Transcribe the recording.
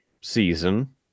season